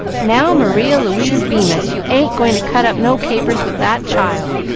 now, maria louisa bemis, you ain't going to cut up no capers with that child!